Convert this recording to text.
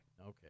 Okay